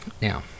Now